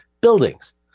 buildings